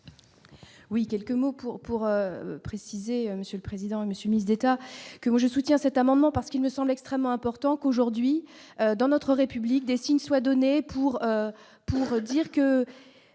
Oui, quelques mots pour pour préciser, monsieur le président Monsieur mise d'État que moi je soutiens cet amendement parce qu'il ne semble extrêmement important qu'aujourd'hui, dans notre République, dessine soit donné pour pour dire que